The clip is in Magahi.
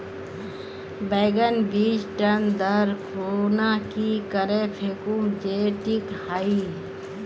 बैगन बीज टन दर खुना की करे फेकुम जे टिक हाई?